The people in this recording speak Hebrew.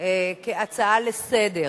כהצעה לסדר-היום.